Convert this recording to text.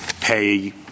pay